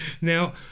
Now